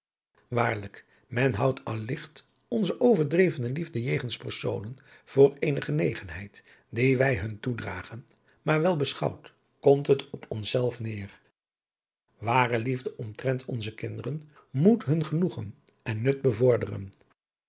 waarlijk men houdt al ligt onze overdrevene liefde jegens personen adriaan loosjes pzn het leven van hillegonda buisman voor eene genegenheid die wij hun toedragen maar wel beschouwd komt het op ons zelf neer ware liefde omtrent onze kinderen moet hun genoegen en nut bevorderen